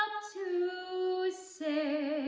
to say